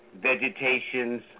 vegetations